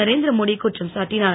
நரேந்திரமோடி குற்றம் சாட்டினார்